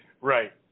Right